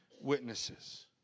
witnesses